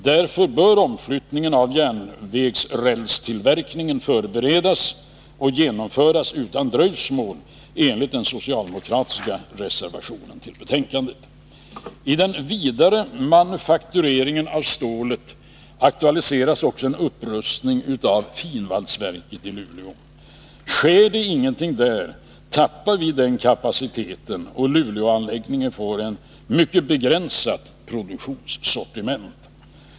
Därför bör omflyttningen av järnvägsrälstillverkningen förberedas och genomföras utan dröjsmål enligt den socialdemokratiska reservationen till betänkandet. I den vidare manufaktureringen av stålet aktualiseras också en upprust ning av finvalsverket i Luleå. Sker det ingenting där tappar vi den kapaciteten och Luleåanläggningen får ett mycket begränsat produktionssortiment.